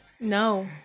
No